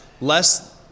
Less